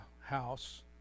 house